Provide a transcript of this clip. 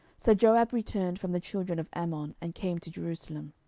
so joab returned from the children of ammon, and came to jerusalem.